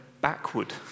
backward